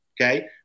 Okay